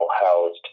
housed